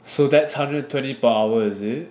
so that's hundred twenty per hour is it